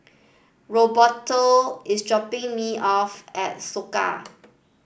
Roberto is dropping me off at Soka